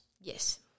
Yes